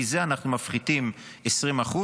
מזה אנחנו מפחיתים 20%,